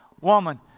Woman